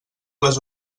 les